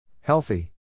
Healthy